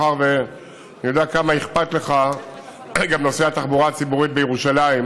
מאחר שאני יודע כמה אכפת לך גם נושא התחבורה הציבורית בירושלים,